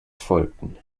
folgten